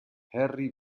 harry